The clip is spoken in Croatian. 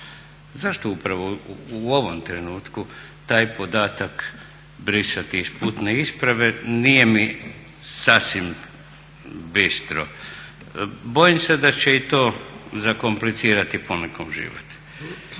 Zašto upravo u ovom trenutku taj podatak brisati iz putne isprave nije sasvim bistro? Bojim se da će i to zakomplicirati ponekom život.